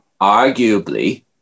Arguably